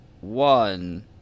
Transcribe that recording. one